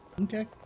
Okay